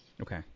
Okay